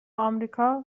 آمریکا